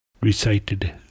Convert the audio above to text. recited